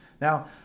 Now